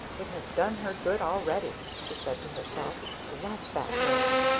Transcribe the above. it has done her good already, she said to herself. bless that girl!